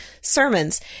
sermons